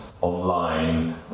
online